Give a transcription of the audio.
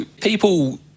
people